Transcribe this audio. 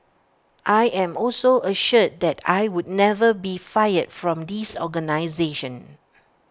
I am also assured that I would never be fired from this organisation